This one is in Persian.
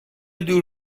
دور